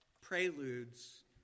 Preludes